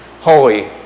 holy